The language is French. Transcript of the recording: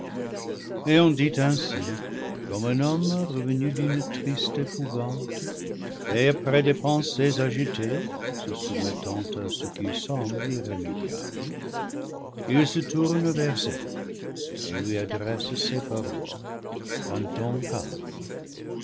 ayant dit ainsi comme un homme revenu d'une triste épouvante et après des pensées agitées se soumettant à ce qui semble irrémédiable il se tourne vers eve et lui adresse ces paroles d'un ton calme